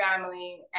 family